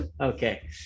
Okay